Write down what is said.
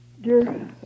dear